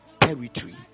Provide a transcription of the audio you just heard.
territory